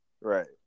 Right